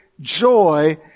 joy